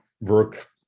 work